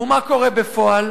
ומה קורה בפועל?